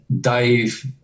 Dave